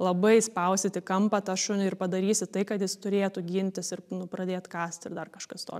labai spausit į kampą tą šunį ir padarysit tai kad jis turėtų gintis ir nu pradėt kąst ir dar kažkas tokio